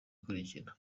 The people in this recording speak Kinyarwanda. ikurikira